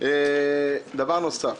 דבר נוסף.